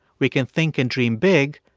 we can think and dream big,